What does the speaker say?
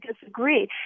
disagree